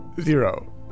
zero